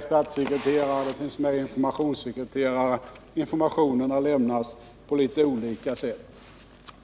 statssekreterare och informationssekreterare. Informationer lämnas på olika sätt.